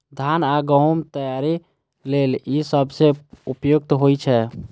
धान आ गहूम तैयारी लेल ई सबसं उपयुक्त होइ छै